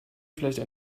vielleicht